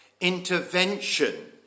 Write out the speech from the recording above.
intervention